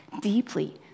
deeply